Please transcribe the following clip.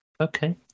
Okay